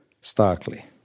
starkly